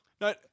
No